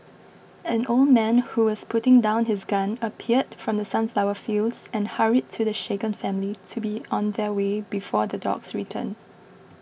an old man who was putting down his gun appeared from the sunflower fields and hurried to the shaken family to be on their way before the dogs return